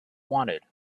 wanted